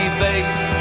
base